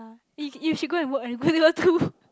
eh you you should go and work leh go and learn too